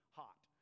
hot